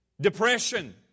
Depression